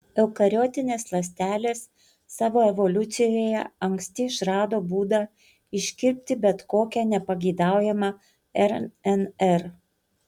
eukariotinės ląstelės savo evoliucijoje anksti išrado būdą iškirpti bet kokią nepageidaujamą rnr